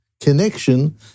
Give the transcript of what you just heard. connection